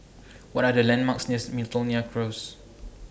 What Are The landmarks nears Miltonia Close